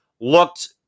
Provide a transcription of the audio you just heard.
looked